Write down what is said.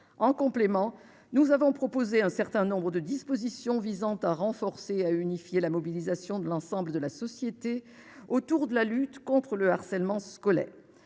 en complément, nous avons proposé un certain nombre de dispositions visant à renforcer à unifier la mobilisation de l'ensemble de la société autour de la lutte contre le harcèlement scolaire